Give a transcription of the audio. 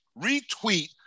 retweet